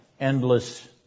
endless